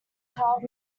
carved